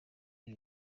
cyo